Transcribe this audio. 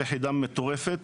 יחידה מטורפת,